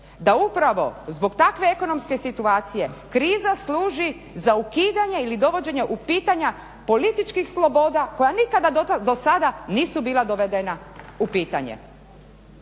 da upravo zbog takve ekonomske situacije kriza služi za ukidanje ili dovođenje u pitanja političkih sloboda koja nikada do sada nisu bila dovedena u pitanje.